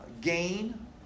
gain